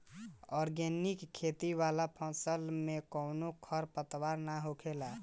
organic खेती वाला फसल में कवनो खर पतवार ना होखेला